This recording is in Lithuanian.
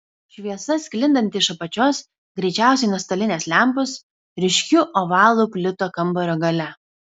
šviesa sklindanti iš apačios greičiausiai nuo stalinės lempos ryškiu ovalu plito kambario gale